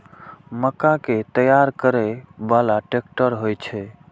मक्का कै तैयार करै बाला ट्रेक्टर होय छै?